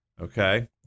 Okay